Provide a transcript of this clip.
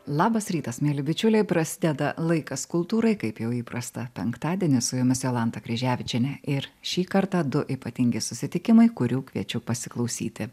labas rytas mieli bičiuliai prasideda laikas kultūrai kaip jau įprasta penktadienį su jumis jolanta kryževičienė ir šį kartą du ypatingi susitikimai kurių kviečiu pasiklausyti